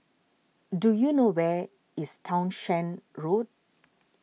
do you know where is Townshend Road